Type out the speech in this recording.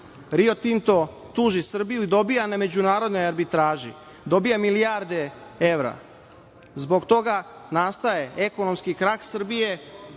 Rio Tinto tuži Srbiju i dobija na međunarodnoj arbitraži, dobija milijarde evra, zbog toga nastaje ekonomski krah Srbije,